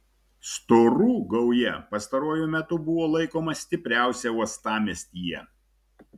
storų gauja pastaruoju metu buvo laikoma stipriausia uostamiestyje